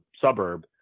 suburb